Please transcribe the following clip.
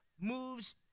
moves